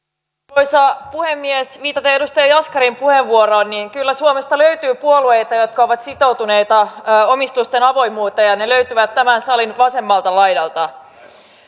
arvoisa puhemies viitaten edustaja jaskarin puheenvuoroon suomesta kyllä löytyy puolueita jotka ovat sitoutuneita omistusten avoimuuteen ja ne löytyvät tämän salin vasemmalta laidalta